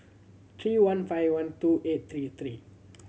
three one five one two eight three three